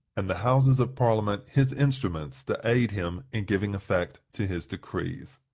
and the houses of parliament his instruments to aid him in giving effect to his decrees.